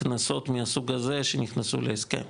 קנסות מהסוג הזה שנכנסו להסכם.